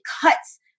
cuts